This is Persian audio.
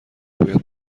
باید